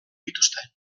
dituzte